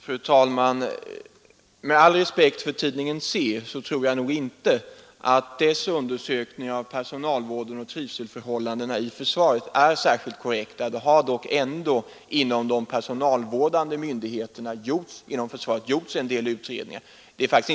Fru talman! Med all respekt för tidningen SE tror jag nog inte att dess undersökning av personalvården och trivselförhållandena i försvaret är särskilt korrekt. Det har ändock inom de personalvårdande myndigheterna inom försvaret gjorts en del undersökningar på detta område.